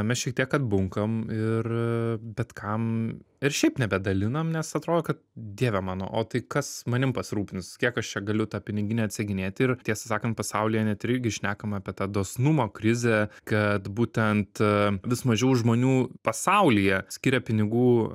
mes šiek tiek atbunkam ir bet kam ir šiaip nebedalinam nes atrodo ka dieve mano o tai kas manim pasirūpins kiek aš čia galiu tą piniginę atseginėti ir tiesą sakant pasaulyje net ir irgi šnekama apie tą dosnumą krizę kad būtent vis mažiau žmonių pasaulyje skiria pinigų